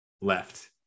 left